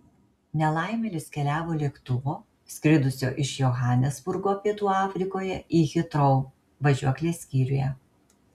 nelaimėlis keliavo lėktuvo skridusio iš johanesburgo pietų afrikoje į hitrou važiuoklės skyriuje